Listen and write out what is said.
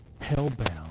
hell-bound